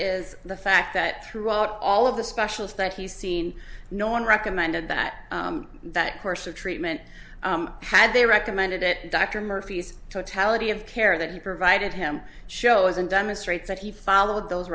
is the fact that throughout all of the specials that he's seen no one recommended that that course of treatment had they recommended it dr murphy's totality of care that he provided him shows and demonstrates that he followed those